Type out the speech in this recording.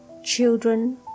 Children